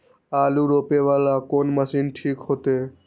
आलू रोपे वाला कोन मशीन ठीक होते?